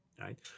Right